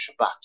Shabbat